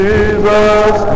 Jesus